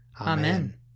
Amen